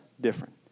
different